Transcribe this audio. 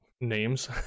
names